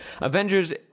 Avengers